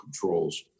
controls